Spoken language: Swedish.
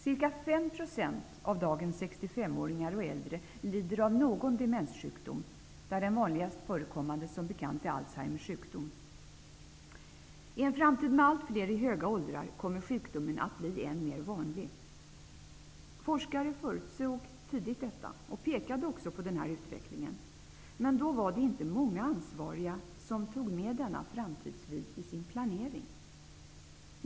Cirka 5 % av dagens 65-åringar och äldre lider av någon av demenssjukdomarna, av vilka den vanligast förekommande som bekant är Alzheimers sjukdom. I en framtid med allt fler i höga åldrar kommer sjukdomen att bli än mer vanlig. Forskare förutsåg tidigt detta och pekade också på denna utveckling, men då var det inte många ansvariga som tog med denna framtidsvy i sin planering.